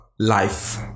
Life